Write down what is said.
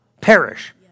perish